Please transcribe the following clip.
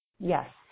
Yes